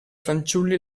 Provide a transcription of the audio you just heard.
fanciulli